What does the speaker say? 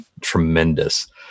tremendous